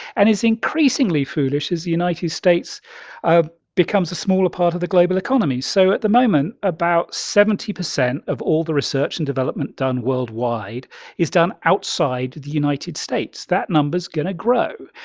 and it's increasingly foolish as the united states ah becomes a smaller part of the global economy so at the moment, about seventy percent of all the research and development done worldwide is done outside the united states. that number is going to grow.